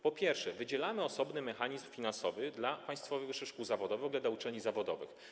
Po pierwsze, wydzielamy osobny mechanizm finansowy dla państwowych wyższych szkół zawodowych, w ogóle dla uczelni zawodowych.